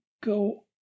go